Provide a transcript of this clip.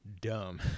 Dumb